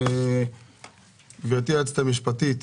גבירתי היועצת המשפטית,